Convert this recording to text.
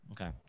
Okay